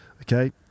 Okay